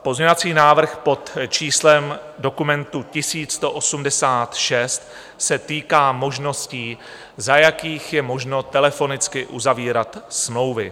Pozměňovací návrh pod číslem dokumentu 1186 se týká možností, za jakých je možno telefonicky uzavírat smlouvy.